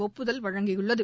ஒப்புதல் அளித்துள்ளது